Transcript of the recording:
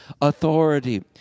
authority